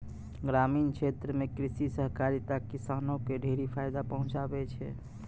ग्रामीण क्षेत्रो म कृषि सहकारिता किसानो क ढेरी फायदा पहुंचाबै छै